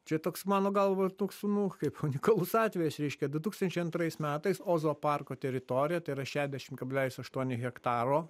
čia toks mano galva toks nu kaip unikalus atvejis reiškia du tūkstančiai antrais metais ozo parko teritorija tai yra šešiasdešim kablelis aštuoni hektaro